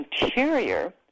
interior